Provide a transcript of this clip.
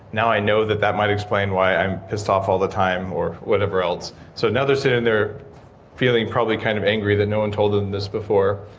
now i know that that might explain why i'm pissed off all the time, or whatever else. so now they're sitting there feeling probably kind of angry that no one told them this before.